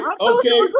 okay